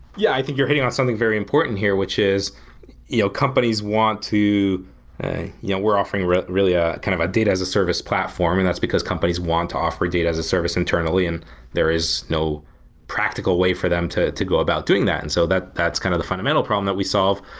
yeah. i think you're hitting on something very important here, which is you know companies want to yeah we're offering really really ah kind of a data as a service platform and that's because companies want to offer data as service internally and there is no practical way for them to to go about doing that. and so that's kind of the fundamental problem that we solve.